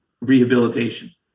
rehabilitation